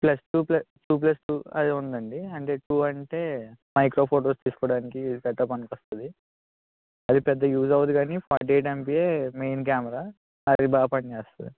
plus two plus two plus two అది ఉందండి అంటే టూ అంటే మైక్రో ఫోటోస్ తీసుకోవడానికి కట్టా పనికి వస్తుంది అది పెద్ద యూజ్ అవ్వదు కానీ ఫార్టీ ఎయిట్ ఎంపియే మెయిన్ కెమరా అది బాగా పని చేస్తుంది